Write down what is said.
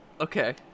okay